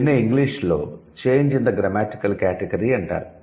దీన్నే ఇంగీష్ లో 'change in grammatical category' అంటారు